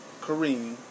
Kareem